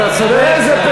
אתה צודק.